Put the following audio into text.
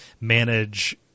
manage